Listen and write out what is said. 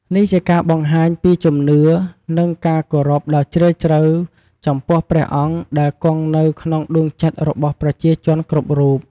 នេះជាការបង្ហាញពីជំនឿ និងការគោរពដ៍ជ្រាលជ្រៅចំពោះព្រះអង្គដែលគង់នៅក្នុងដួងចិត្តរបស់ប្រជាជនគ្រប់រូប។